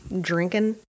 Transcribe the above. drinking